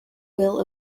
will